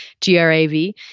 G-R-A-V